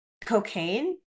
cocaine